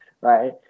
right